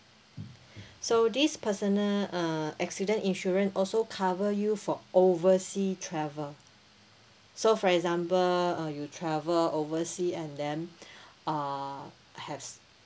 so this personal uh accident insurance also cover you for oversea travel so for example uh you travel oversea and then uh has